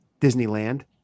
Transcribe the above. Disneyland